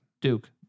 Duke